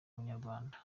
ubunyarwanda